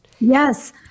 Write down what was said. Yes